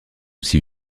aussi